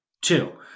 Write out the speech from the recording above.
Two